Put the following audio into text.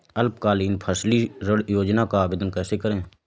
अल्पकालीन फसली ऋण योजना का आवेदन कैसे करें?